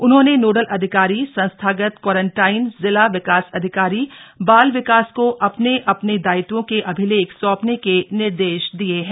उन्होंने नोडल अधिकारी संस्थागत क्वारंटाइन जिला विकास अधिकारी बाल विकास को अपने अपने दायित्वों के अभिलेख सौंपने के निर्देश दिए हैं